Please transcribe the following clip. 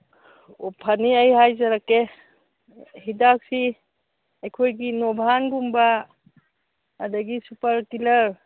ꯑꯣ ꯐꯅꯤ ꯑꯩ ꯍꯥꯏꯖꯔꯛꯀꯦ ꯍꯤꯗꯥꯛꯁꯤ ꯑꯩꯈꯣꯏꯒꯤ ꯅꯣꯚꯥꯟꯒꯨꯝꯕ ꯑꯗꯒꯤ ꯁꯨꯄꯔ ꯀꯤꯂꯔ